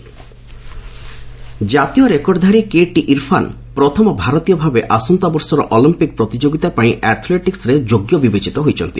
Olympics Irfan ଜାତୀୟ ରେକର୍ଡ଼ଧାରୀ KT Irfan ପ୍ରଥମ ଭାରତୀୟ ଭାବେ ଆସନ୍ତା ବର୍ଷର ଅଲମ୍ପିକ୍୍ ପ୍ରତିଯୋଗିତା ପାଇଁ ଆଥ୍ଲେଟିକ୍ସରେ ଯୋଗ୍ୟ ବିବେଚିତ ହୋଇଛନ୍ତି